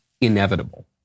inevitable